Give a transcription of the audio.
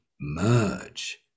merge